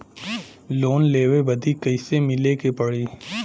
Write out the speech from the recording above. Loan लेवे बदी कैसे मिले के पड़ी?